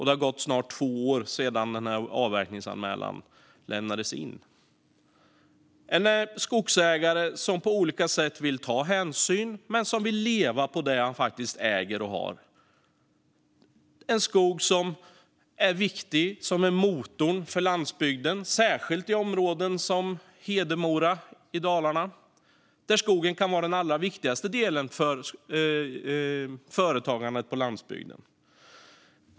Det har gått snart två år sedan avverkningsanmälan lämnades in. Detta är en skogsägare som på olika sätt vill ta hänsyn men som vill leva på det han faktiskt äger. Det handlar om skog som är viktig - som är motorn - för landsbygden, särskilt i områden som Hedemora i Dalarna där skogen kan vara den allra viktigaste delen i företagandet på landsbygden.